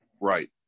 Right